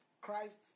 Christ